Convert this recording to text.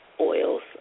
oils